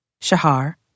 Shahar